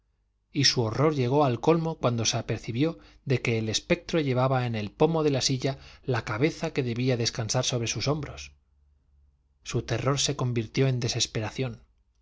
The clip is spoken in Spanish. y su horror llegó al colmo cuando se apercibió de que el espectro llevaba en el pomo de la silla la cabeza que debía descansar sobre sus hombros su terror se convirtió en desesperación